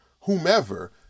whomever